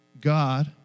God